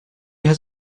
has